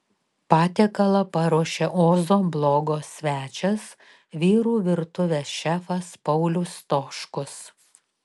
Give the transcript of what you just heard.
patiekalą paruošė ozo blogo svečias vyrų virtuvės šefas paulius stoškus